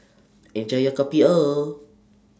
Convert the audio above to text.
Enjoy your Kopi O